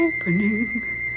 Opening